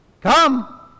Come